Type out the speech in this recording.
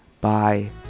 bye